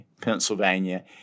Pennsylvania